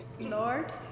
Lord